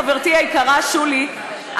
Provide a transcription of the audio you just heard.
חברתי היקרה שולי,